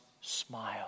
smile